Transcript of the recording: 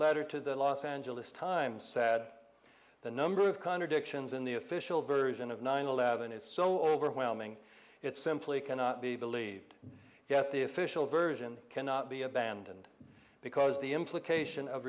letter to the los angeles times sad the number of contradictions in the official version of nine eleven is so overwhelming it simply cannot be believed yet the official version cannot be abandoned because the implication of